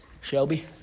Shelby